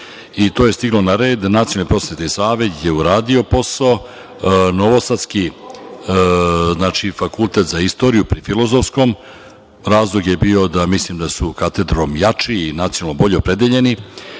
To je stiglo na red. Nacionalni prosvetni savet je uradio posao, Novosadski fakultet za istoriju pri Filozofskom. Razlog je bio, mislim da su katedrom jači, i bolje opredeljeni. Drugi